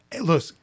Look